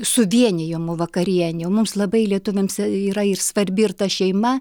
suvienijimo vakarienė mums labai lietuviams yra ir svarbi ir ta šeima